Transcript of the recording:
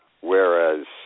whereas